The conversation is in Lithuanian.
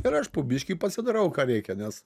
ir aš po biškį pasidarau ką reikia nes